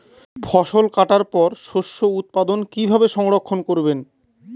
ফসল কাটার পর শস্য উৎপাদন কিভাবে সংরক্ষণ করবেন?